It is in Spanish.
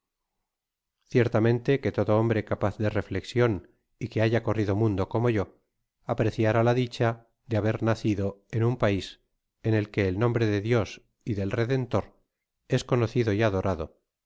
ciertamente que todo hombre capaz de reflexion y que haya corrido mundo como yo apreciará la dicha de haber nacido en un pais en que el nombre de dios y del redentor es conocido y adorado